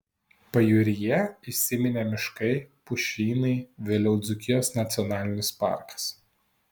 pajūryje įsiminė miškai pušynai vėliau dzūkijos nacionalinis parkas